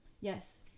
Yes